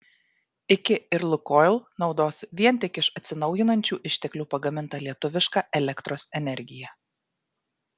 iki ir lukoil naudos vien tik iš atsinaujinančių išteklių pagamintą lietuvišką elektros energiją